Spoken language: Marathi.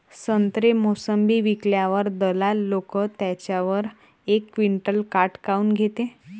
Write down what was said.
संत्रे, मोसंबी विकल्यावर दलाल लोकं त्याच्यावर एक क्विंटल काट काऊन घेते?